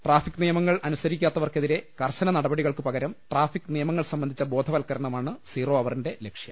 traffic നിയമങ്ങൾ അനുസരിക്കാത്തവർക്കെതിരെ കർശനനടപടികൾക്കു പകരം ട്രാഫിക് നിയമങ്ങൾ സംബന്ധിച്ച ബോധവൽക്കരണമാണ് സീറോ അവറിന്റെ ലക്ഷ്യം